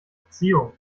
beziehung